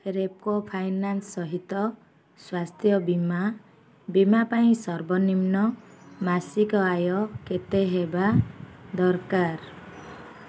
Repco finance ସହିତ ସ୍ଵାସ୍ଥ୍ୟ ବୀମା ବୀମା ପାଇଁ ସର୍ବନିମ୍ନ ମାସିକ ଆୟ କେତେ ହେବା ଦରକାର